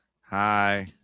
Hi